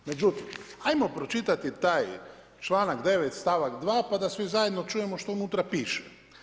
Međutim, hajmo pročitati taj članak 9, stavak 2. pa da svi zajedno čujemo što unutra piše.